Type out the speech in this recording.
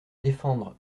défendre